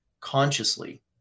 consciously